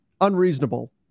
unreasonable